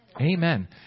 Amen